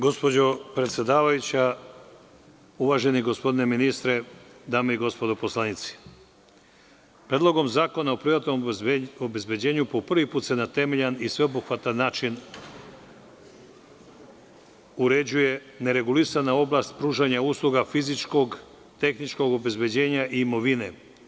Gospođo predsedavajuća, uvaženi gospodine ministre, dame i gospodo poslanici, Predlogom zakona o privatnom obezbeđenju po prvi put se na jedan temeljan i sveobuhvatan način uređuje neregulisana oblast pružanja usluga fizičkog, tehničkog obezbeđenja i imovine.